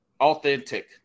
authentic